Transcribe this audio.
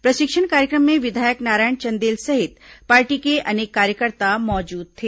प्रशिक्षण कार्यक्रम में विधायक नारायण चंदेल सहित पार्टी के अनेक कार्यकर्ता मौजूद थे